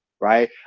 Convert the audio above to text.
right